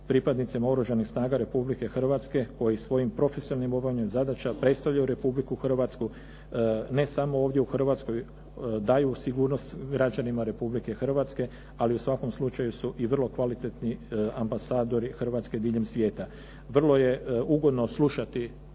pripadnicima Oružanih snaga Republike Hrvatske koje svojim profesionalnim obavljanjem zadaća predstavljaju Republiku Hrvatsku ne samo ovdje u Hrvatskoj, daju sigurnost građanima Republike Hrvatske ali u svakom slučaju su i vrlo kvalitetni ambasadori Hrvatske diljem svijeta. Vrlo je ugodno slušati